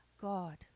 God